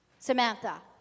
Samantha